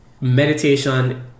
meditation